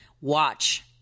Watch